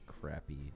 crappy